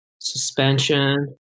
suspension